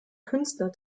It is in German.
künstler